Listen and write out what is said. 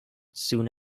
soon